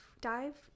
Dive